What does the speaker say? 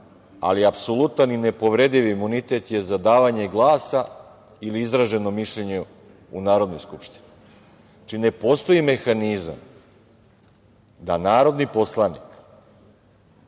ali apsolutan i nepovredivi imunitet je za davanje glasa ili izraženo mišljenje u Narodnoj skupštini. Znači, ne postoji mehanizam da narodni poslanik